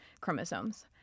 chromosomes